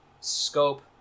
scope